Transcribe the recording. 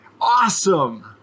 Awesome